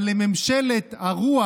אבל לממשלת הרוח,